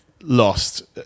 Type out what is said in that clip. lost